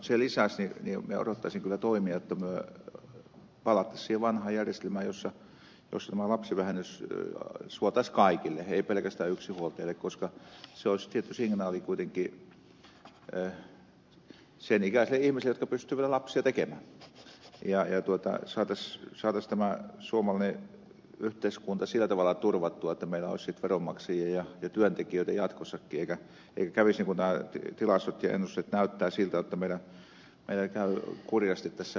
sen lisäksi minä odottaisin kyllä toimia jotta me palaisimme siihen vanhaan järjestelmään jossa tämä lapsivähennys suotaisiin kaikille ei pelkästään yksinhuoltajille koska se olisi tietty signaali kuitenkin sen ikäisille ihmisille jotka pystyvät niitä lapsia tekemään ja saataisiin tämä suomalainen yhteiskunta sillä tavalla turvattua että meillä olisi sitten veronmaksajia ja työntekijöitä jatkossakin eikä kävisi niin kuin nämä tilastot ja ennusteet näyttävät että meillä käy kurjasti tässä